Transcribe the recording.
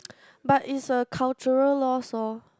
but is a cultural lost loh